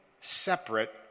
separate